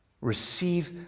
Receive